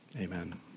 amen